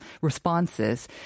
responses